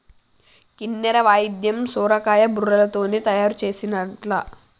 కిన్నెర వాయిద్యం సొరకాయ బుర్రలతోనే తయారు చేసిన్లట